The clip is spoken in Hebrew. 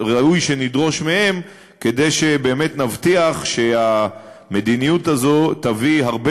ראוי שנדרוש מהם כדי שבאמת נבטיח שהמדיניות הזאת תביא הרבה